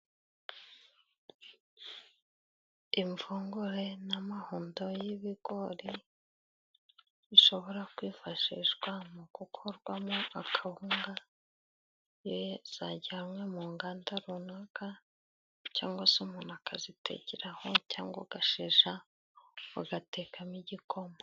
Imvungure n'amahundo y'ibigori ,bishobora kwifashishwa mu gukorwamo akawunga iyo byajyanwe mu nganda runaka cyangwa se umuntu akazitekeraho cyangwa ugashesha, ugatekamo igikoma.